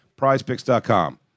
Prizepicks.com